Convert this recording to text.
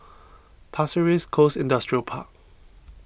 Pasir Ris Coast Industrial Park